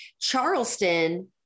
Charleston